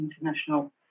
international